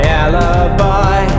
alibi